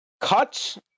cuts